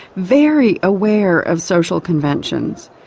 very aware of social conventions,